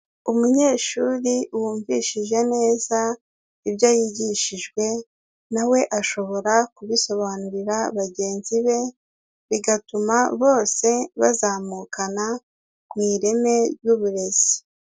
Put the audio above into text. Umunyeshuri wumvishije neza ibyo yigishijwe, na we ashobora kubisobanurira bagenzi be, bigatuma bose bazamukana mu ireme ry'uburezi.